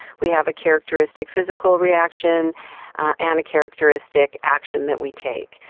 we have a characteristic physical reaction and a characteristic action that we take.